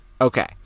Okay